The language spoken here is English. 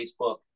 facebook